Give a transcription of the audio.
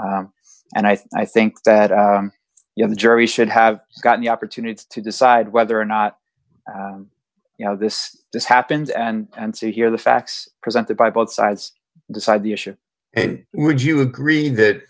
and i think that you know the jury should have gotten the opportunity to decide whether or not you know this this happens and see here the facts presented by both sides decide the issue and would you agree that